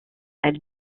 elle